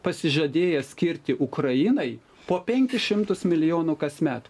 pasižadėję skirti ukrainai po penkis šimtus milijonų kasmet